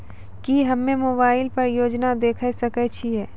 की हम्मे मोबाइल पर योजना देखय सकय छियै?